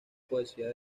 poesía